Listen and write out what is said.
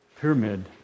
pyramid